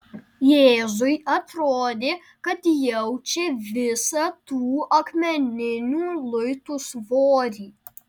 jėzui atrodė kad jaučia visą tų akmeninių luitų svorį